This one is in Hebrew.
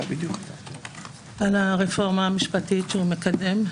על הרפורמה המשפטית שהוא מקדם.